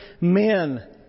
men